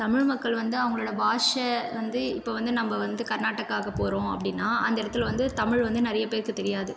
தமிழ் மக்கள் வந்து அவங்களோட பாஷை வந்து இப்போ வந்து நம்ப வந்து கர்நாடகாவுக்கு போகறோம் அப்படினா அந்த இடத்துல வந்து தமிழ் வந்து நிறையா பேருக்கு தெரியாது